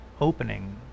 opening